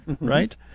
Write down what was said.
right